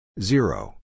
Zero